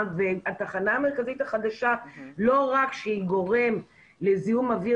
התחנה המרכזית החדשה לא רק שהיא גורם לזיהום אוויר